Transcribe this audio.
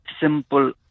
simple